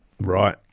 Right